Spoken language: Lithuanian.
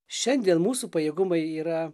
šiandien mūsų pajėgumai yra